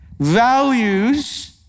Values